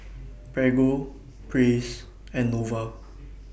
Prego Praise and Nova